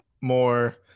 more